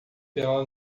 pela